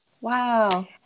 wow